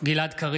(קורא בשם חבר הכנסת) גלעד קריב,